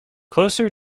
closer